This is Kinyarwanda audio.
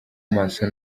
maso